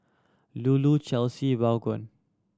Lulu Chesley Vaughn